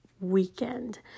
weekend